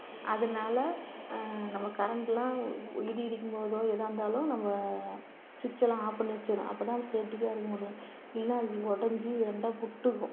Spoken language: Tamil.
அதனால் நம்ம கரண்ட்லாம் இடி இடிக்கும் போதோ எதாக இருந்தாலும் நம்ம சுட்செல்லாம் ஆப் பண்ணி வச்சிடணும் அப்போ தான் சேஃப்டிக்கா இருக்க முடியும் இல்லை அது உடைஞ்சு ரெண்டா விட்டுக்கும்